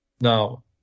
Now